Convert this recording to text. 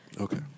Okay